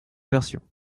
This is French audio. versions